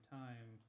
time